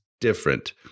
different